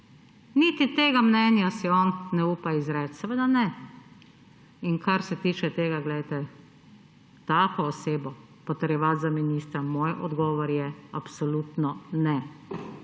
Niti tega mnenja si on ne upa izreči. Seveda ne. In kar se tiče tega, glejte, tako osebo potrjevati za ministra. Moj odgovor je absolutno ne.